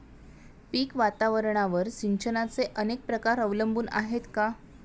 पीक वातावरणावर सिंचनाचे अनेक प्रकार अवलंबून आहेत का?